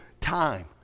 time